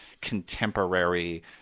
contemporary